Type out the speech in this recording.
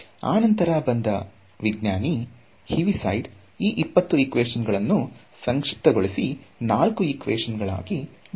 ಅನಂತರ ಬಂದ ವಿಜ್ಞಾನಿ ಹಿವಿಸೈಡ್ ಈ 20 ಈಕ್ವೇಶನ್ ಗಳನ್ನು ಸಂಕ್ಷಿಪ್ತಗೊಳಿಸಿ 4 ಈಕ್ವೇಶನ್ ಗಳಾಗಿ ಮಾಡಿದ